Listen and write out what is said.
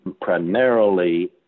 primarily